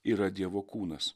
yra dievo kūnas